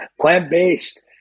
plant-based